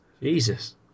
Jesus